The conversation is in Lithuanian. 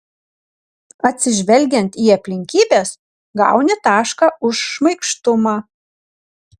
atsižvelgiant į aplinkybes gauni tašką už šmaikštumą